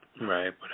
Right